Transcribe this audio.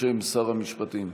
בשם שר המשפטים.